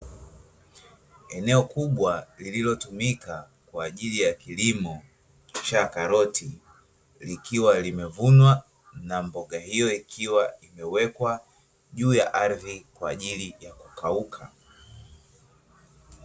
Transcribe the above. Eneo kubwa lililotumika kwa ajili ya kilimo cha karoti likiwa limevunwa na mboga hiyo ikiwa imewekwa juu ya ardhi kwa ajili ya kukauka.